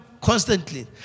constantly